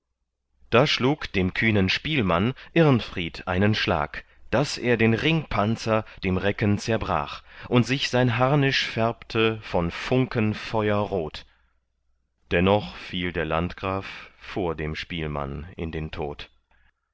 da schlug dem kühnen spielmann irnfried einen schlag daß er den ringpanzer dem recken zerbrach und sich sein harnisch färbte von funken feuerrot dennoch fiel der landgraf vor dem spielmann in den tod